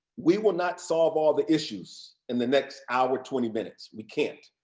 we will not solve all the issues in the next hour twenty minutes. we can't.